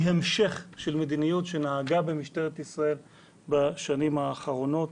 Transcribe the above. המשך של מדיניות שנהגה במשטרת ישראל בשנים האחרונות,